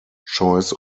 choice